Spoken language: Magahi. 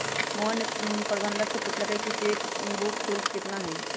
मोहन ने प्रबंधक से पूछल कई कि चेक बुक शुल्क कितना हई?